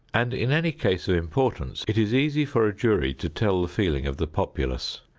and in any case of importance it is easy for a jury to tell the feeling of the populace.